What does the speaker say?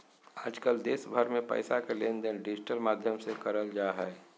आजकल देश भर मे पैसा के लेनदेन डिजिटल माध्यम से करल जा हय